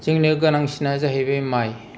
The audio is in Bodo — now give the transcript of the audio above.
जोंनो गोनांसिनआ जाहैबाय माइ